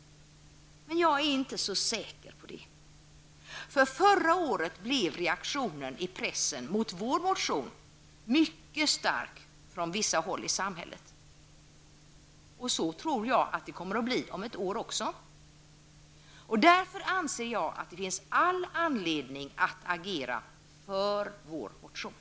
Men jag är inte så säker på det. Förra året blev reaktionen i pressen på vår motion nämligen mycket stark från vissa håll i samhället. Så tror jag att det kommer att bli även om ett år. Därför anser jag att det finns all anledning att agera för vår motion.